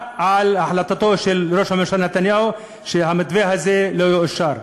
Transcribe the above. על החלטתו של ראש הממשלה נתניהו שהמתווה הזה לא יאושר.